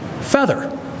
feather